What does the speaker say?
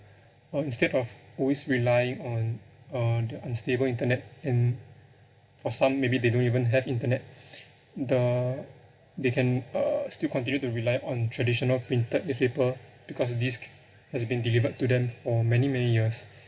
but instead of always relying on uh the unstable internet and for some maybe they don't even have internet the they can uh still continue to rely on traditional printed newspaper because this c~ has been delivered to them for many many years